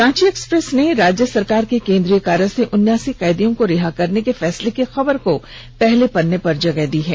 Ranchi Express ने राज्य सरकार के केंद्रीय कारा से उनासी कैदी को रिहा करने के फैसले की खबर को पहले पन्ने पर जगह दी है